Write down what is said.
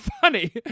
funny